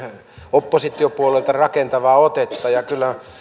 oppositiopuolueilta rakentavaa otetta ja kyllä